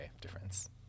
difference